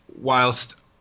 whilst